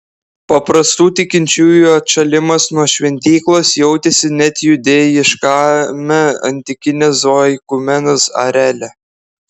paprastų tikinčiųjų atšalimas nuo šventyklos jautėsi net judėjiškame antikinės oikumenos areale